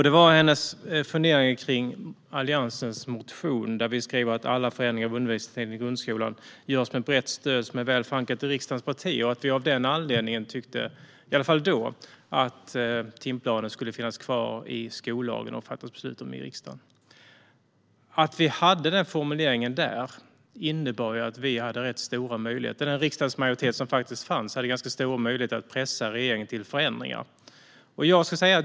Det var hennes funderingar kring Alliansens motion, där vi skriver att alla förändringar av undervisningen i grundskolan görs med brett stöd som är väl förankrat hos riksdagens partier och att vi av den anledningen, i alla fall då, tyckte att timplanen skulle finnas kvar i skollagen och beslutas om i riksdagen. Att vi hade den formuleringen innebar att den riksdagsmajoritet som fanns hade ganska stora möjligheter att pressa regeringen till förändringar.